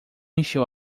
encheu